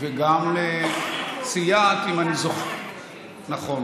וגם סייעת, נכון.